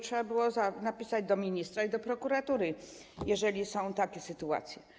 Trzeba było napisać do ministra i do prokuratury, jeżeli są takie sytuacje.